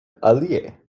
alie